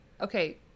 Okay